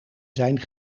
zijn